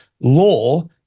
law